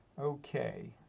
Okay